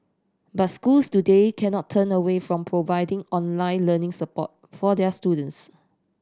but schools today cannot turn away from providing online learning support for their students